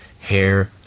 hair